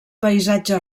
paisatge